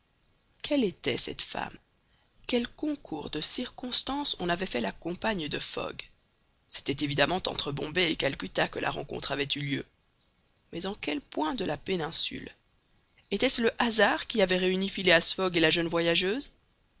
quelle était cette femme quel concours de circonstances en avait fait la compagne de fogg c'était évidemment entre bombay et calcutta que la rencontre avait eu lieu mais en quel point de la péninsule était-ce le hasard qui avait réuni phileas fogg et la jeune voyageuse